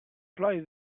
play